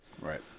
Right